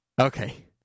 okay